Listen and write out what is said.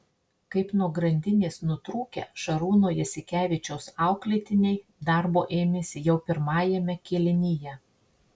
kaip nuo grandinės nutrūkę šarūno jasikevičiaus auklėtiniai darbo ėmėsi jau pirmajame kėlinyje